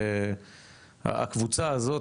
הקבוצה הזאת,